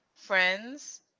friends